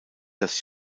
das